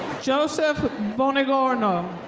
joseph bongiorno.